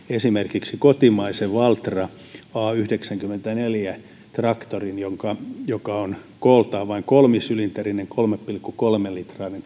esimerkiksi kotimainen valtra a yhdeksänkymmentäneljä traktori joka on kooltaan vain kolmisylinterinen kolme pilkku kolme litrainen